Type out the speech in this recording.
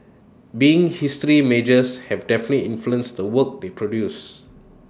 being history majors have definitely influenced the work they produce